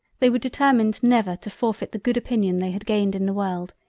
they were determined never to forfeit the good opinion they had gained in the world,